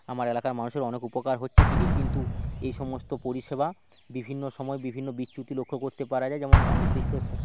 আমার এলাকার মানুষের অনেক উপকার হচ্ছে ঠিকই কিন্তু এই সমস্ত পরিষেবা বিভিন্ন সময় বিভিন্ন বিকৃতি লক্ষ্য করতে পারা যায় যেমন অনির্দিষ্ট